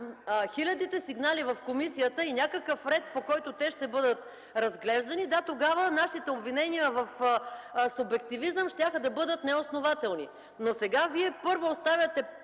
хилядите сигнали в комисията и някакъв ред, по който те ще бъдат разглеждани – да, тогава нашите обвинения в субективизъм щяха да бъдат неоснователни. Но сега Вие първо, оставяте